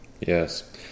Yes